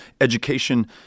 education